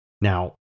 Now